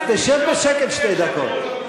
אז תשב בשקט שתי דקות.